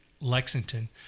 Lexington